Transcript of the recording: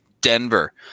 Denver